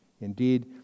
Indeed